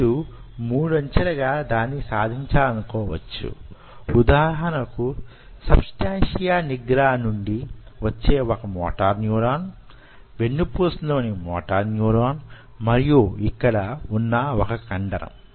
మీరు మూడంచెలుగా దీన్ని సాధించాలనుకోవచ్చు - ఉదాహరణకు సబ్ స్టాన్షియా నిగ్రా నుండి వచ్చే వొక మోటార్ న్యూరాన్ వెన్నుపూస లోని మోటార్ న్యూరాన్ మరియు యిక్కడ వున్న వొక కండరం